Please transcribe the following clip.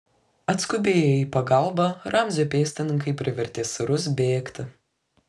atskubėję į pagalbą ramzio pėstininkai privertė sirus bėgti